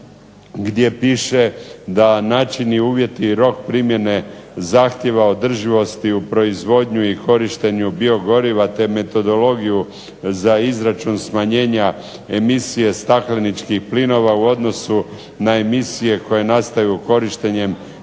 gdje piše da načini i uvjeti, rok primjene zahtjeva održivosti u proizvodnju i korištenju biogoriva, te metodologiju za izračun smanjenja emisije stakleničkih plinova u odnosu na emisije koje nastaju korištenjem dizelskog